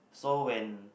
so when